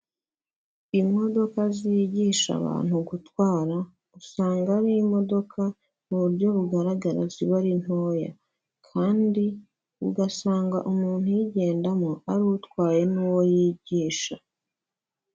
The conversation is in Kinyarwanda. Imodoka zigisha abantu gutwara usanga ari imodoka mu buryo bugaragara ziba ari ntoya, kandi ugasanga umuntu uyigendamo ari utwaye n'uwo yigisha.